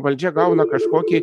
valdžia gauna kažkokį